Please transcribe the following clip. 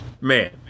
Man